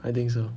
I think so